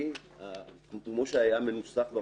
היא לא אמרה שהוא לא התעסק.